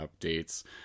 updates